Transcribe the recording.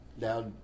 now